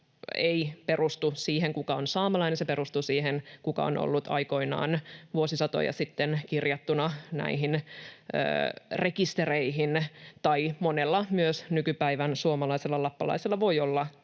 ei perustu siihen, kuka on saamelainen. Se perustuu siihen, kuka on ollut aikoinaan, vuosisatoja sitten kirjattuna näihin rekistereihin. Tai monella myös nykypäivän suomalaisella lappalaisella voi olla